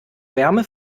wärme